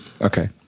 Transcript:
okay